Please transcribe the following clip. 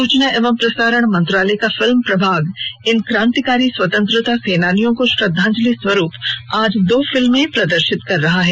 सूचना एवं प्रसारण मंत्रालय का फिल्म प्रभाग इन क्रांतिकारी स्वतंत्रता सेनानियों को श्रद्धांजलि स्वरूप आज दो फिल्म प्रदर्शित कर रहा है